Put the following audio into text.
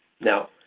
now